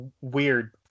weird